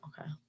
Okay